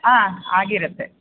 ಹಾಂ ಆಗಿರತ್ತೆ